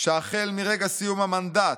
שהחל מרגע סיום המנדט,